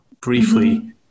briefly